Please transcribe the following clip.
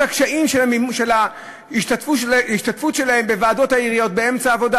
הקשיים של ההשתתפות שלהן בוועדות העיריות באמצע העבודה.